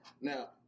Now